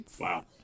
Wow